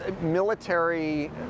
military